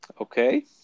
Okay